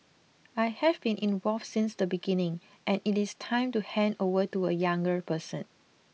I have been involved since the beginning and it is time to hand over to a younger person